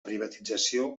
privatització